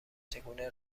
چگونه